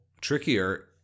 trickier